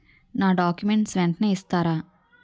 నా డాక్యుమెంట్స్ వెంటనే ఇస్తారా?